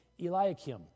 Eliakim